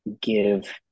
give